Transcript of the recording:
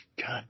God